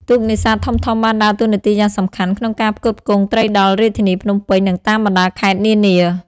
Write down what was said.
ទូកនេសាទធំៗបានដើរតួនាទីយ៉ាងសំខាន់ក្នុងការផ្គត់ផ្គង់ត្រីដល់ រាជធានីភ្នំពេញ និងតាមបណ្តាខេត្តនានា។